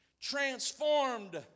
transformed